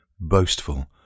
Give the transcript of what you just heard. boastful